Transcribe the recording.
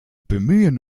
bemühen